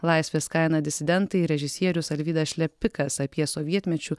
laisvės kaina disidentai režisierius alvydas šlepikas apie sovietmečiu